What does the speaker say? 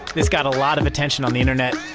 this got a lot of attention on the internet,